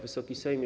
Wysoki Sejmie!